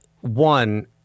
One